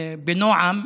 בנועם,